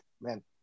man